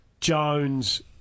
Jones